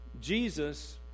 Jesus